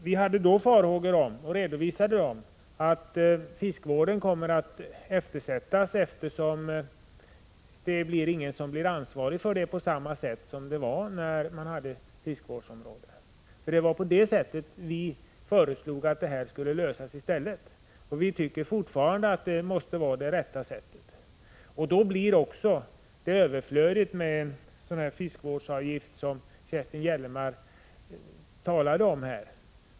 Vi hade då beslutet fattades farhågor för — och redovisade dem — att fiskevården skulle komma att eftersättas, eftersom ingen skulle bli ansvarig för fiskevården på samma sätt som när man hade fiskevårdsområden. Det var genom ett system med fiskevårdsområden som vi ansåg att den här frågan borde ha lösts. Vi tycker fortfarande att det måste vara det rätta sättet. Då blir en sådan fiskevårdsavgift som Kerstin Gellerman talade om här överflödig.